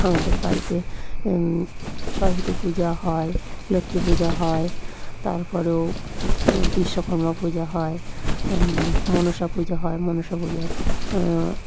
আমাদের বাড়িতে সরস্বতী পূজা হয় লক্ষ্মী পূজা হয় তারপরেও বিশ্বকর্মা পূজা হয় মনসা পূজো হয় মনসা পূজো